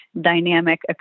dynamic